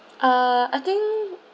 ah I think